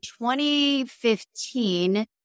2015